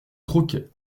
troquet